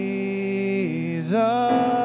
Jesus